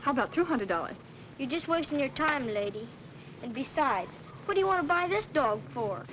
how about two hundred dollars you're just wasting your time lady and besides what do you want to buy this dog for